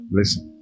listen